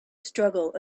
struggle